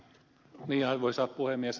arvoisa puhemies